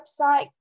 website